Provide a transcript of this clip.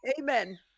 Amen